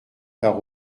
par